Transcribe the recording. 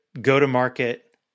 go-to-market